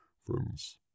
friends